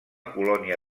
colònia